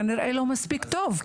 אבל כנראה שלא מספיק טוב,